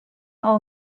all